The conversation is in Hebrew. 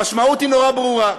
המשמעות היא נורא ברורה: